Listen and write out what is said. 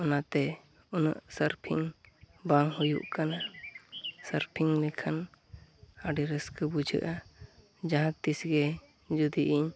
ᱚᱱᱟᱛᱮ ᱩᱱᱟᱹᱜ ᱥᱟᱨᱯᱷᱤᱝ ᱵᱟᱝ ᱦᱩᱭᱩᱜ ᱠᱟᱱᱟ ᱥᱟᱨᱯᱷᱤᱝ ᱞᱮᱠᱷᱟᱱ ᱟᱹᱰᱤ ᱨᱟᱹᱥᱠᱟᱹ ᱵᱩᱡᱷᱟᱹᱜᱼᱟ ᱡᱟᱦᱟᱸᱛᱤᱥᱜᱮ ᱡᱩᱫᱤ ᱤᱧ